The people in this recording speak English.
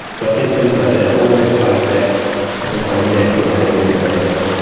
so i think things like that, it always ties back to some kind of natural behaviour that they have.